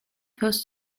first